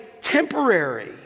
temporary